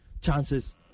chances